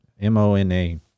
M-O-N-A